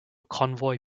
convoy